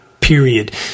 Period